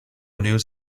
news